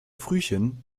frühchen